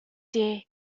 dear